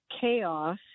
chaos